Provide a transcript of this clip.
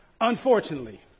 unfortunately